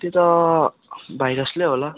त्यो त भाइरसले होला हौ